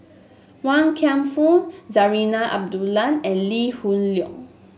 Wan Kam Fook Zarinah Abdullah and Lee Hoon Leong